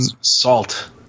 Salt